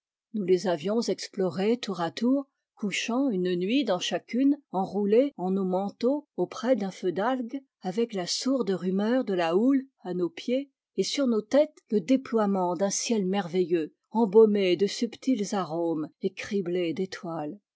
nous les avions explorées tour à tour couchant une nuit dans chacune enroulés en nos manteaux auprès d'un feu d'algues avec la sourde rumeur de la houle à nos pieds et sur nos têtes le déploiement d'un ciel merveilleux embaumé de subtils aromes et criblé d'étoiles